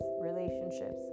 relationships